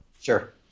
Sure